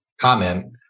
comment